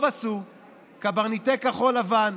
טוב עשו קברניטי כחול לבן,